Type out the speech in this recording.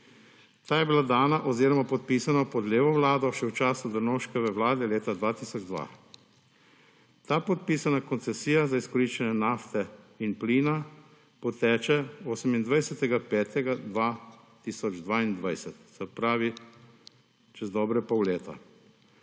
Ta je bila dana oziroma podpisana pod levo vlado še v času Drnovškove vlade leta 2002. Ta podpisana koncesija za izkoriščanje nafte in plina poteče 28. maja 2022; se pravi čez dobre pol leta,